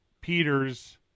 Peter's